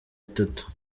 itatu